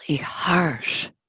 harsh